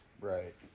Right